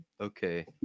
Okay